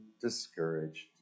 discouraged